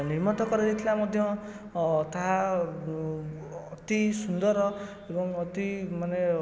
ନିର୍ମତ କରାଯାଇଥିଲା ମଧ୍ୟ ତାହା ଅତି ସୁନ୍ଦର ଏବଂ ଅତି ମାନେ